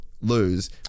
lose